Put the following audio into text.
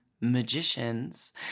magicians